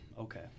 Okay